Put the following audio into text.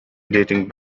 dating